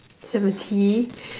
seventy